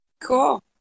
Cool